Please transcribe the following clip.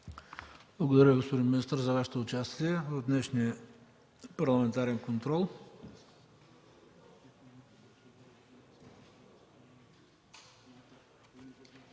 Благодаря, господин министър за Вашето участие в днешния парламентарен контрол.